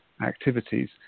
activities